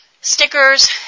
stickers